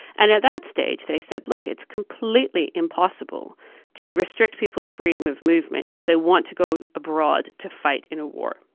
and at that stage they said, look, it's completely impossible to restrict people's freedom of movement if they want to go abroad to fight in a war.